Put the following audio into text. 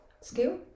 skill